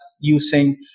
using